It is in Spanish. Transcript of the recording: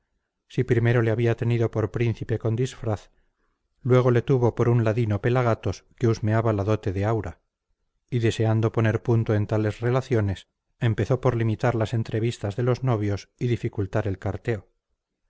si primero le había tenido por príncipe con disfraz luego le tuvo por un ladino pelagatos que husmeaba la dote de aura y deseando poner punto en tales relaciones empezó por limitar las entrevistas de los novios y dificultar el carteo